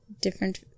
Different